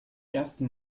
erste